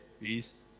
peace